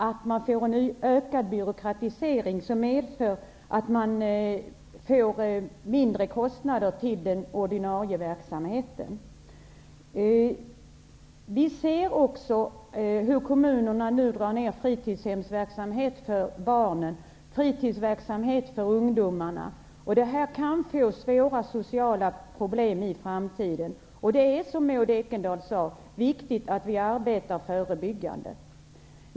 Det leder till en ökad byråkrati, som i sin tur medför att man får mindre pengar till den ordinarie verksamheten. Vi ser också att kommunerna nu drar ner på fritidshemsverksamhet för barn och ungdomar. Det kan leda till svåra sociala problem i framtiden. Som Maud Ekendahl sade är det viktigt att vi arbetar förebyggande.